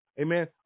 Amen